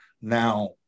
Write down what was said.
Now